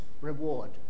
reward